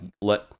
let